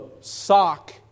sock